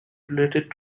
related